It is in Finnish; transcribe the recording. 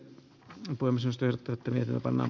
hän poimi sister työttömiä pannaan